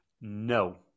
No